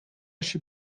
się